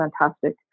fantastic